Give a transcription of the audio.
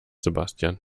sebastian